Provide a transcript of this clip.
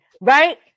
Right